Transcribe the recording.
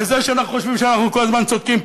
לזה שאנחנו חושבים שאנחנו כל הזמן צודקים?